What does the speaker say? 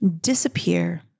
disappear